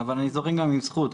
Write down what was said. אבל אני זורם גם עם זכות,